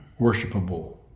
worshipable